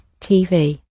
TV